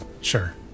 Sure